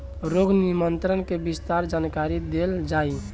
रोग नियंत्रण के विस्तार जानकरी देल जाई?